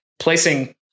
placing